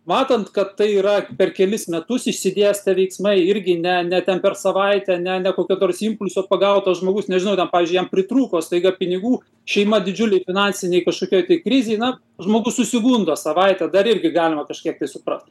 matant kad tai yra per kelis metus išsidėstę veiksmai irgi ne ne ten per savaitę ne kokio nors impulso pagautas žmogus nežinau ten pavyzdžiui jam pritrūko staiga pinigų šeima didžiulėj finansinėj kažkokioj tai krizėj na žmogus susigundo savaitę dar irgi galima kažkiek tai suprast